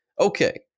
Okay